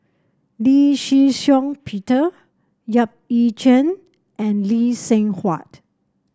Lee Shih Shiong Peter Yap Ee Chian and Lee Seng Huat